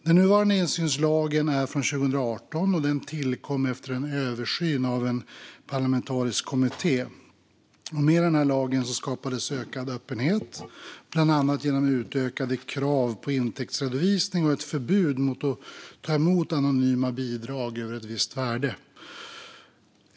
Den nuvarande insynslagen är från 2018 och tillkom efter en översyn av en parlamentarisk kommitté. Med lagen skapades ökad öppenhet, bland annat genom utökade krav på intäktsredovisning och ett förbud mot att ta emot anonyma bidrag över ett visst värde.